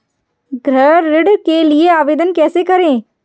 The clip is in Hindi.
गृह ऋण के लिए आवेदन कैसे करें?